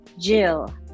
Jill